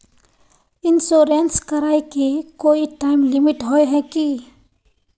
Insurance कराए के कोई टाइम लिमिट होय है की?